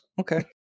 okay